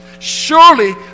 Surely